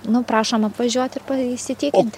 nu prašom apvažiuot ir pa įsitikint